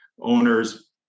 owners